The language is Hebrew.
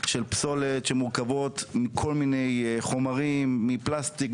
של פסולת שמורכבות מכל מיני חומרים מפלסטיק,